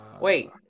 wait